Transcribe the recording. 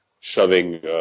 shoving